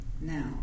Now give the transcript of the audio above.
now